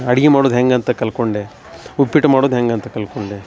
ಅಡ್ಗಿ ಮಾಡುದ ಹೆಂಗೆ ಅಂತ ಕಲ್ಕೊಂಡೆ ಉಪ್ಪಿಟ್ಟು ಮಾಡೋದ ಹೆಂಗೆ ಅಂತ ಕಲ್ಕೊಂಡೆ